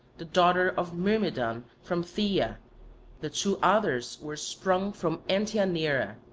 the daughter of myrmidon, from phthia the two others were sprung from antianeira,